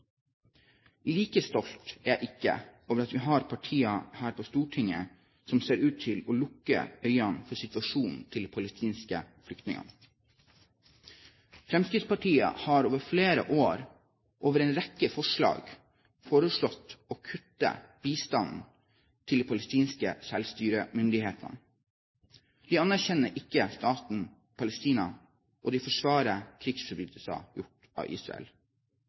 Like stolt er jeg ikke over at vi har partier her på Stortinget som ser ut til å lukke øynene for situasjonen til de palestinske flyktningene. Fremskrittspartiet har over flere år i en rekke forslag foreslått å kutte bistanden til de palestinske selvstyremyndighetene. De anerkjenner ikke staten Palestina, og de forsvarer krigsforbrytelser gjort av Israel.